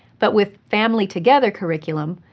but with family-together curriculum,